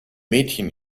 mädchen